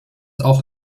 auch